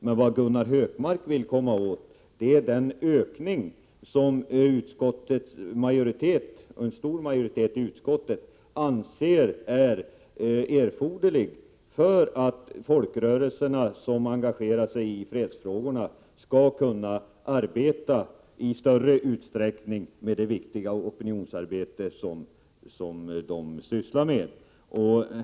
Men vad Gunnar Hökmark vill komma åt är den ökning som en stor majoritet i utskottet anser vara erforderlig för att de folkrörelser som engagerar sig i fredsfrågorna skall kunna arbeta i större utsträckning med det viktiga opinionsarbete som de ägnar sig åt.